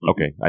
Okay